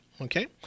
okay